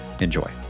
Enjoy